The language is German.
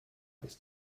ist